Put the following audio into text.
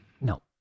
No